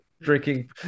drinking